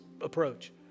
approach